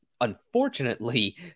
Unfortunately